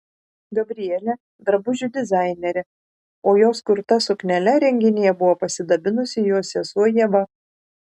gabrielė drabužių dizainerė o jos kurta suknele renginyje buvo pasidabinusi jos sesuo ieva